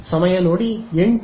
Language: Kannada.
ಸಮಯ ನೋಡಿ 0829